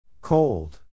Cold